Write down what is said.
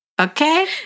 Okay